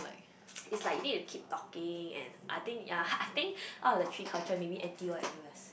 is like you need to keep talking and I think ah I think out of the three culture maybe N_T_U or N_U_S